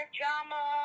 drama